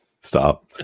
Stop